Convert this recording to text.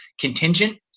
contingent